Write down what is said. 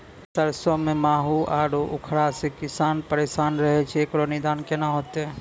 सरसों मे माहू आरु उखरा से किसान परेशान रहैय छैय, इकरो निदान केना होते?